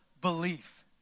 belief